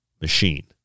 machine